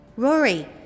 Rory